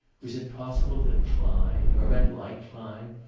was it possible that klein, or men like klein,